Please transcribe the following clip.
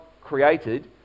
created